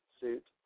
suit